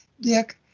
Dick